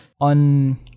On